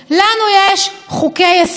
לנו יש חוקי-יסוד.